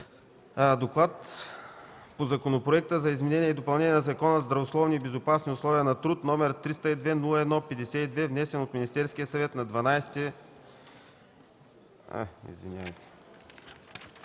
„ДОКЛАД по Законопроект за изменение и допълнение на Закона за здравословни и безопасни условия на труд, № 302-01-52, внесен от Министерския съвет на 12 декември 2013 г.